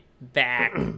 back